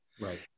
Right